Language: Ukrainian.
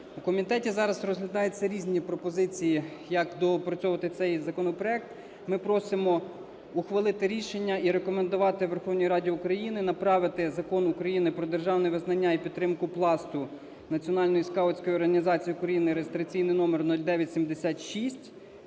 У комітеті зараз розглядаються різні пропозиції, як доопрацьовувати цей законопроект. Ми просимо ухвалити рішення і рекомендувати Верховній Раді України направити Закон України "Про державне визнання і підтримку Пласту - Національної скаутської організації України" (реєстраційний номер 0976)